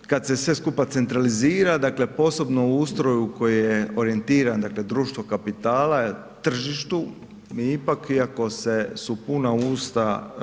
Stoga kada se sve skupa centralizira dakle posebno u ustroju koji je orijentiran dakle društvo kapitala tržištu mi ipak iako su puna usta